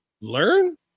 learn